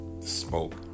smoke